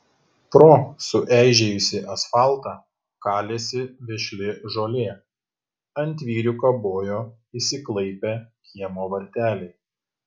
pro sueižėjusį asfaltą kalėsi vešli žolė ant vyrių kabojo išsiklaipę kiemo varteliai